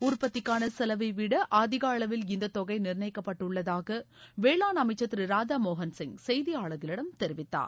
உற்பத்திக்கான செலவை விட அதிக அளவில் இந்த தொகை நிர்ணயிக்கப்பட்டுள்ளதாக வேளாண் அமைச்சர் திருராதா மோகன்சிங் செய்தியாளர்களிடம் தெரிவித்தார்